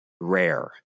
rare